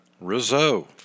Rizzo